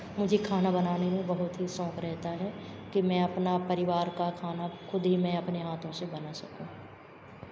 मुझे खाना बनाने में बहुत ही शौख रहता है कि मैं अपना परिवार का खाना खुद ही मैं अपने हाथों से बना सकूं